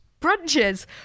Brunches